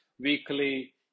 weekly